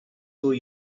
for